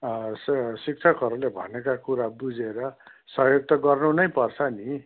so शिक्षकहरूले भनेका कुरा बुझेर सहयोग त गर्नु नै पर्छ नि